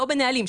ולא בנהלים.